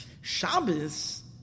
Shabbos